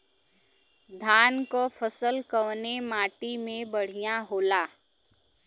धान क फसल कवने माटी में बढ़ियां होला?